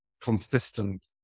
consistent